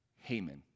Haman